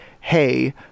Hey